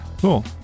Cool